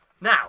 Now